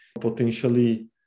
potentially